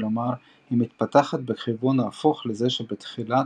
כלומר היא מתפתחת בכיוון הפוך לזה שבתחילה,